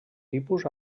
tipus